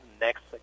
next